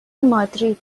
مادرید